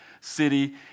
city